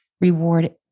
reward